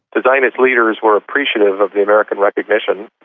the zionist leaders were appreciative of the american recognition,